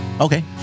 Okay